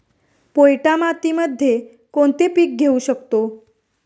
पोयटा मातीमध्ये कोणते पीक घेऊ शकतो?